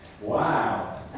Wow